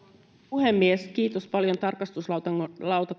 puhemies kiitos paljon tarkastusvaliokunnalle